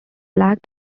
black